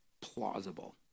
plausible